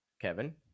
Kevin